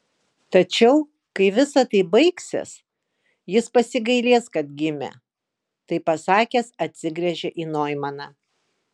tačiau kai visa tai baigsis jis pasigailės kad gimė tai pasakęs atsigręžė į noimaną